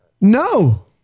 no